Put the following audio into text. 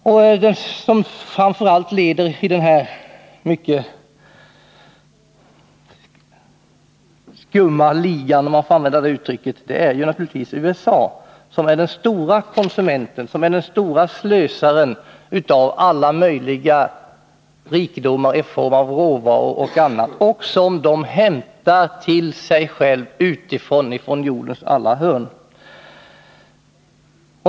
Den som framför allt leder denna mycket skumma liga, om jag får använda det uttrycket, är naturligtvis USA, som är den stora konsumenten, den stora slösaren av alla möjliga rikedomar i form av råvaror och annat som man hämtar till sig själv utifrån jordens alla hörn.